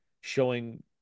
showing